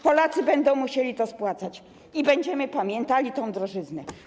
Polacy będą musieli to spłacać i będziemy pamiętali tę drożyznę.